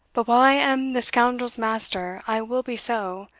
but while i am the scoundrel's master i will be so,